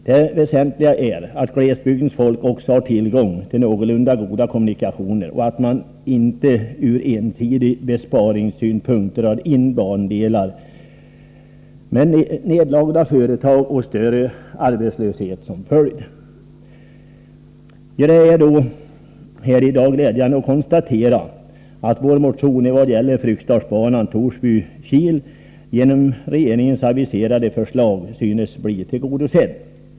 Det väsentliga är att glesbygdens folk också har tillgång till någorlunda goda kommunikationer och att man inte av ensidiga besparingsskäl drar in bandelar med nedlagda företag och större arbetslöshet som följd. Det är glädjande att i dag konstatera att vår motion i vad gäller Fryksdalsbanan Torsby-Kil genom regeringens aviserade förslag synes bli tillgodosedd.